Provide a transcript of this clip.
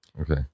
Okay